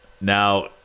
Now